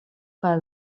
kaj